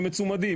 הם מצומדים.